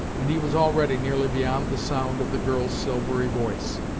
and he was already nearly beyond the sound of the girl's silvery voice.